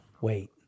Wait